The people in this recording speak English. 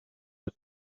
his